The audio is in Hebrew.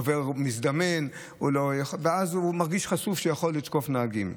עובר מזדמן מרגיש שהוא חשוף ושהוא יכול לתקוף נהגים.